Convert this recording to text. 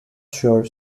sure